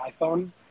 iPhone